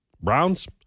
browns